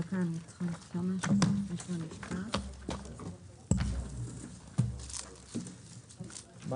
הישיבה ננעלה בשעה 10:08.